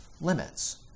limits